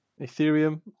Ethereum